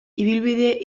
ibilbide